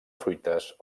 fruites